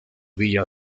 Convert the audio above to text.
villa